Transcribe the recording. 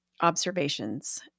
observations